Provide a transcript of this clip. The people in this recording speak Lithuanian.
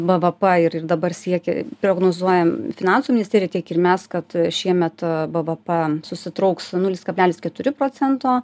bvp ir dabar siekė prognozuojam finansų ministerija tiek ir mes kad šiemet bvp susitrauks nulis kablelis keturi procento